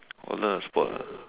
or learn on a sport ah